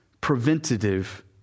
preventative